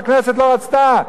והכנסת לא רצתה,